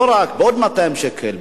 לא רק בעוד 200 שקל,